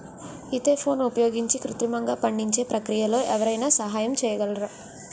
ఈథెఫోన్ని ఉపయోగించి కృత్రిమంగా పండించే ప్రక్రియలో ఎవరైనా సహాయం చేయగలరా?